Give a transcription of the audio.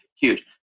huge